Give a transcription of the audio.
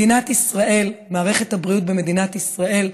מדינת ישראל, מערכת הבריאות במדינת ישראל,